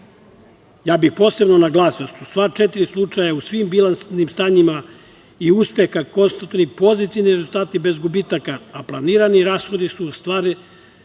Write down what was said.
na njih. Posebno bih naglasio da su sva četiri slučaja u svim bilansnim stanjima i uspeha konstatovali pozitivne rezultate bez gubitaka, a planirani rashodi su ostvarivani